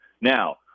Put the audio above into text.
Now